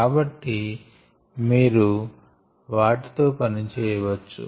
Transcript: కాబట్టి మీరు వాటి తో పనిచేయచ్చు